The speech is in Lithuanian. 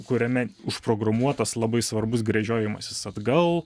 kuriame užprogramuotas labai svarbus grežiojmasis atgal